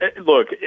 look